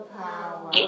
power